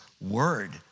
word